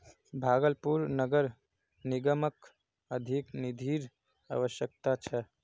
भागलपुर नगर निगमक अधिक निधिर अवश्यकता छ